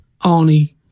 Arnie